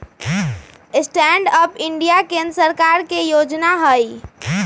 stand up India केंद्र सरकार के जोजना हइ